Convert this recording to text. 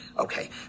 Okay